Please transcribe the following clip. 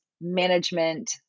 management